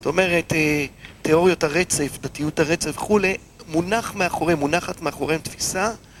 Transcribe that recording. זאת אומרת, תיאוריות הרצף, דתיות הרצף, וכולי, מונחת מאחוריהם תפיסה